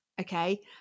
okay